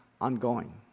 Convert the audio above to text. ongoing